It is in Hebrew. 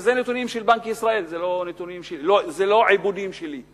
וזה נתונים של בנק ישראל, זה לא עיבודים שלי.